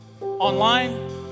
online